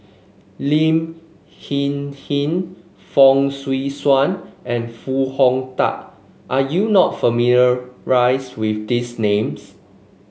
Lin Hsin Hsin Fong Swee Suan and Foo Hong Tatt are you not familiar rice with these names